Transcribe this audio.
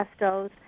pestos